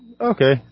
okay